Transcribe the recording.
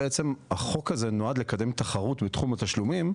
החוק הזה נועד לקדם תחרות בתחום התשלומים,